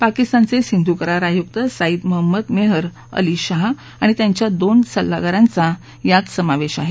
पाकिस्तानचे सिंधु करार आयुक्त साईद मोहम्मद मेहर अली शाह आणि त्यांच्या दोन सल्लागारांचा या शिष्टमंडळात समावेश आहे